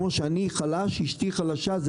כמו שאני חלש אשתי חלשה.